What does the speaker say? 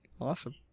awesome